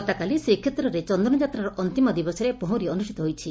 ଗତକାଲି ଶ୍ରୀକ୍ଷେତ୍ରରେ ଚନ୍ଦନ ଯାତ୍ରାର ଅନ୍ତିମ ଦିବସରେ ଭଉଁରୀ ଅନୁଷ୍ଟିତ ହୋଇଛି